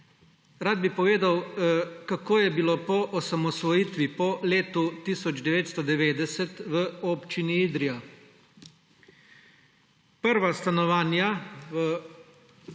Rad bi povedal, kako je bilo po osamosvojitvi, po letu 1990 v Občini Idrija. Prva stanovanja v